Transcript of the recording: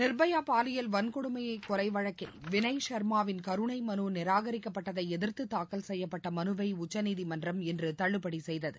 நிர்பயா பாலியல் வள்கொடுமை கொலை வழக்கில் வினைய் சர்மாவின் கருணை மது நிரானிக்கப்பட்டதை எதிர்த்து தாக்கல் செய்யப்பட்ட மனுவை உச்சநீதிமன்றம் இன்று தள்ளுபடி செய்தது